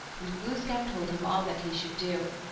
and glooskap told him all that he should do.